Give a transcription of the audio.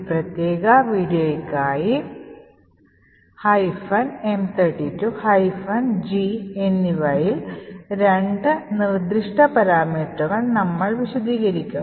ഈ പ്രത്യേക വീഡിയോയ്ക്കായി M32 G എന്നിവയിൽ രണ്ട് നിർദ്ദിഷ്ട പാരാമീറ്ററുകൾ നമ്മൾ വിശദീകരിക്കും